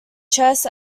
chess